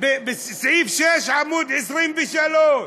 בסעיף 6 עמוד 23,